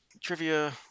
Trivia